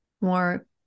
more